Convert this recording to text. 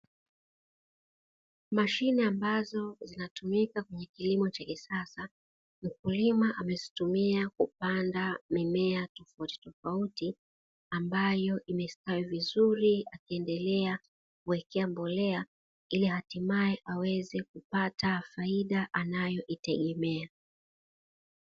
Mashine ambazo zinatumika kwenye kilimo Cha kisasa, mkulima amezitumia kupanda mimea tofautitofauti ambayo imestawi vizuri, akiendelea kuiwekea mbolea ili hatimae aweze kupata faida anayoitegemea.